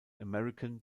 american